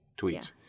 tweets